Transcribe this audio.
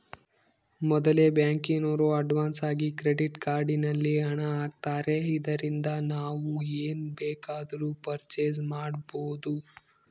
ಮೊದಲೆ ಬ್ಯಾಂಕಿನೋರು ಅಡ್ವಾನ್ಸಾಗಿ ಕ್ರೆಡಿಟ್ ಕಾರ್ಡ್ ನಲ್ಲಿ ಹಣ ಆಗ್ತಾರೆ ಇದರಿಂದ ನಾವು ಏನ್ ಬೇಕಾದರೂ ಪರ್ಚೇಸ್ ಮಾಡ್ಬಬೊದು